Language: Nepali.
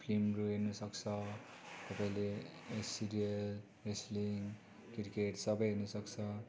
फिल्महरू हेर्नुसक्छ रतपाईँले सिरियल रेस्लिङ क्रिकेट सबै हेर्नुसक्छ